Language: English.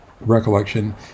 recollection